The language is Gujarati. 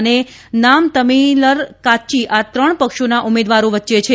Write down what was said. અને નામ તમિલર કાત્યી આ ત્રણ પક્ષોના ઉમેદવારો વચ્ચે છે